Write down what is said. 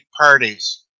parties